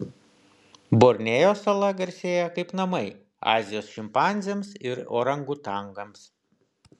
borneo sala garsėja kaip namai azijos šimpanzėms ir orangutangams